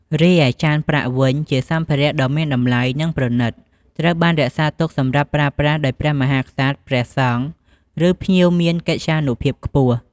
រីឯ ចានប្រាក់វិញជាសម្ភារៈដ៏មានតម្លៃ និងប្រណីត ត្រូវបានរក្សាទុកសម្រាប់ប្រើប្រាស់ដោយព្រះមហាក្សត្រ ព្រះសង្ឃ ឬភ្ញៀវមានកិត្យានុភាពខ្ពស់។